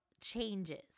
changes